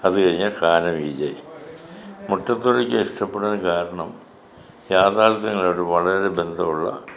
അതുകഴിഞ്ഞാ കാന വിജയ് മുട്ടത്തുവർക്കിയെ ഇഷ്ടപ്പെടാൻ കാരണം യാഥാർഥ്യങ്ങളുമായിട്ട് വളരെ ബന്ധമുള്ള